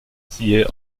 siehe